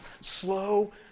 Slow